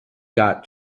got